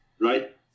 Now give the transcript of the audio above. right